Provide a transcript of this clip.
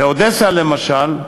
באודסה, למשל,